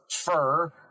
fur